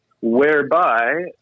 whereby